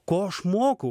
ko aš mokau